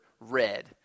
red